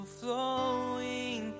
flowing